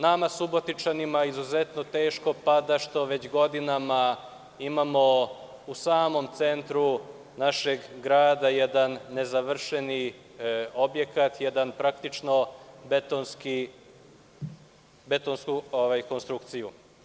Nama Subotičanima izuzetno teško pada što već godinama imamo u samom centru našeg grada jedan nezavršeni objekat, jednu praktično betonsku konstrukciju.